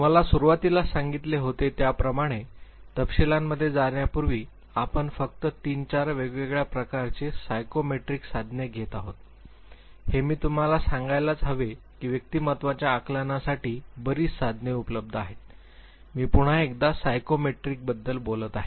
तुम्हाला सुरुवातीलाच सांगितले होते त्याप्रमाणे तपशिलांमध्ये जाण्यापूर्वी आपण फक्त तीन चार वेगवेगळ्या प्रकारचे सायकोमेट्रिक साधने घेत आहोत हे मी तुम्हाला सांगायलाच हवे की व्यक्तिमत्त्वाच्या आकलनासाठी बरीच साधने उपलब्ध आहेत मी पुन्हा एकदा सायकोमेट्रिक्स बद्दल बोलत आहे